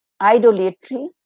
idolatry